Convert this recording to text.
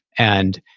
and